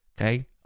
Okay